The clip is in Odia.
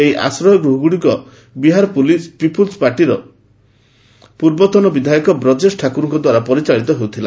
ଏହି ଆଶ୍ରୟ ଗୃହଗୁଡ଼ିକ ବିହାର ପିପୁଲ୍ସ ପାର୍ଟିର ପୂର୍ବତନ ବିଧାୟକ ବ୍ରଜେଶ ଠାକୁରଙ୍କ ଦ୍ୱାରା ପରିଚାଳିତ ହେଉଥିଲା